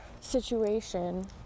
situation